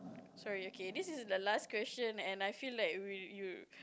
sorry okay this is the last question and I feel like we you